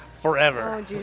Forever